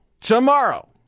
tomorrow